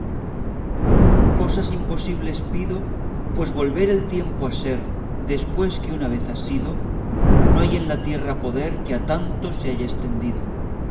cosas imposibles pido pues volver el tiempo a ser después que una vez ha sido no hay en la tierra poder que a tanto se haya estendido